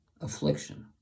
affliction